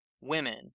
women